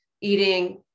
eating